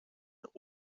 ohren